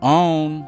own